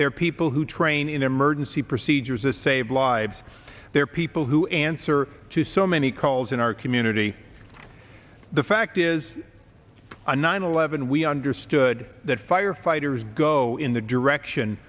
there are people who train in emergency procedures a save lives there are people who answer to so many calls in our community the fact is a nine eleven we understood that firefighters go in the direction